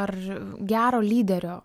ar gero lyderio